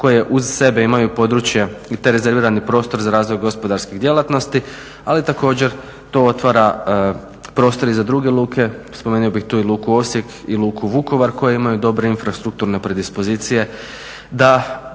koje uz sebe imaju područja i taj rezervirani prostor za razvoj gospodarskih djelatnosti ali također to otvara prostor i za druge luke, spomenuo bih tu i luku Osijek i luku Vukovar koje imaju dobre infrastrukturne predispozicije da